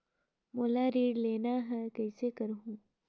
मोला ऋण लेना ह, कइसे करहुँ?